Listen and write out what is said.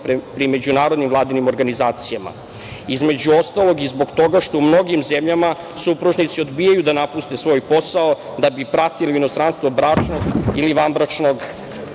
pri međunarodnim vladinim organizacijama? Između ostalog i zbog toga što u mnogim zemljama supružnici odbijaju da napuste svoj posao da bi pratili u inostranstvo bračnog ili vanbračnog